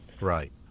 Right